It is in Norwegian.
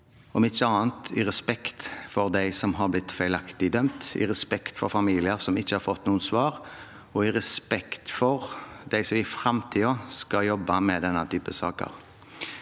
om ikke annet av respekt for dem som har blitt feilaktig dømt, av respekt for familiene, som ikke har fått noen svar, og av respekt for dem som i framtiden skal jobbe med denne type saker.